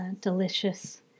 delicious